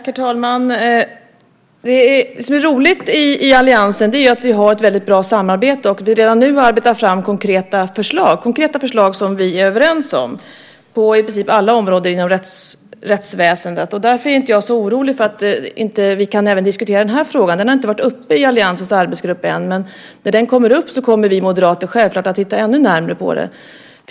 Herr talman! Det som är roligt i alliansen är att vi har ett väldigt bra samarbete. Vi har redan nu arbetat fram konkreta förslag som vi är överens om på i princip alla områden inom rättsväsendet. Därför är jag inte så orolig för att vi inte ska kunna diskutera även den här frågan. Den har inte varit uppe i alliansens arbetsgrupp än, men när den kommer upp kommer vi moderater självklart att titta ännu närmare på den.